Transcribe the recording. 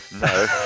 no